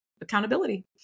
accountability